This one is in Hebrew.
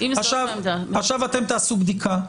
אתם תעשו בדיקה,